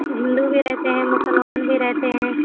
ہندو بھی رہتے ہیں مسلمان بھی رہتے ہیں